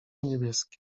niebieskie